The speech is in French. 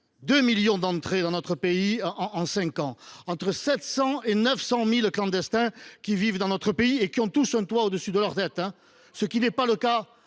2 millions d’entrées dans notre pays en cinq ans ; entre 700 000 et 900 000 clandestins qui vivent dans notre pays… Seulement ?… et qui ont tous un toit au dessus de leur tête, ce qui n’est pas le cas